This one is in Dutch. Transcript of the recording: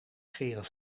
scheren